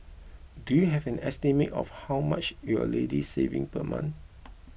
do you have an estimate of how much you're already saving per month